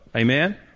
Amen